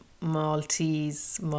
Maltese